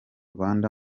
rwanda